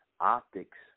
Optics